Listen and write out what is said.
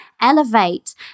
elevate